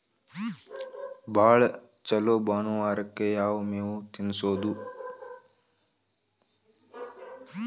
ಭಾಳ ಛಲೋ ಜಾನುವಾರಕ್ ಯಾವ್ ಮೇವ್ ತಿನ್ನಸೋದು?